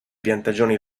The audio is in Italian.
piantagioni